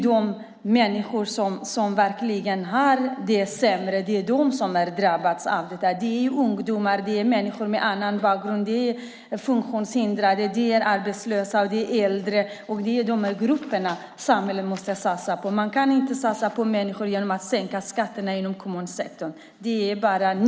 De människor som verkligen har drabbats är de som har det sämst ställt - ungdomar, människor med utländsk bakgrund, funktionshindrade, arbetslösa, äldre. Det är dessa grupper samhället måste satsa på. Man kan inte satsa på människorna genom att sänka skatterna i kommunsektorn.